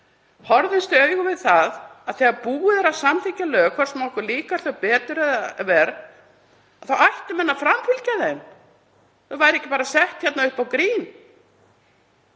horfðumst í augu við það að þegar búið er að samþykkja lög, hvort sem okkur líkar þau betur eða verr, þá ættu menn að framfylgja þeim. Þau væru ekki bara sett hér upp á grín.